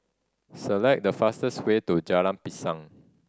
select the fastest way to Jalan Pisang